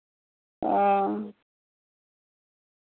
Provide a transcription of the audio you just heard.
हां